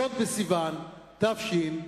י' בסיוון תשס"ט.